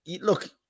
look